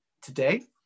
Today